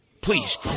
Please